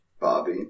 Bobby